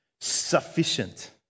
sufficient